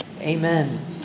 Amen